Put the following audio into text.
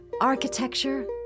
Architecture